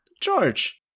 George